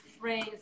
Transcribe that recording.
phrase